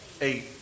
Eight